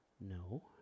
No